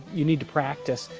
you need to practice.